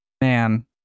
man